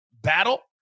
battle